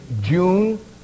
June